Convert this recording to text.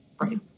Right